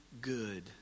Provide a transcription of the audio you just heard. good